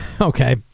okay